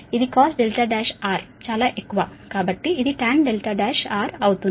కాబట్టి ఇది Cos R1 చాలా ఎక్కువ కాబట్టి ఇది tan R1 అవుతుంది